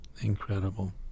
incredible